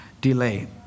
delay